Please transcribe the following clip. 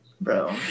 Bro